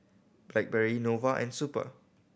Blackberry Nova and Super